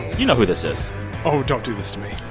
you know who this is oh, don't do this to me